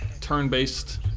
turn-based